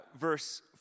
verse